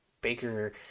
Baker